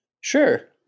Sure